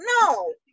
no